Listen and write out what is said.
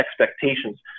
expectations